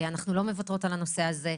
אנחנו לא מוותרות על הנושא הזה.